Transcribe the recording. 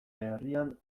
herrian